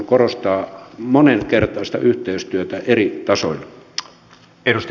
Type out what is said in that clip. korostaa monenkertaista yhteistyötä eri tasoilla